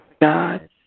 God